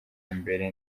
mbere